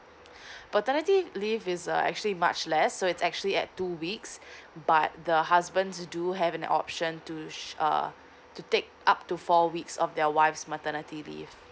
paternity leave is uh actually much less so it's actually at two weeks but the husbands do have an option to share uh to take up to four weeks of their wife's maternity leave